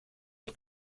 mit